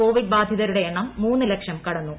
Covid ബാധിതരുടെ എണ്ണം മൂന്ന് ലക്ഷം കടന്നു